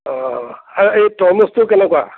অঁ আৰু এই তৰমুজটো কেনেকুৱা